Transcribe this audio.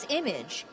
image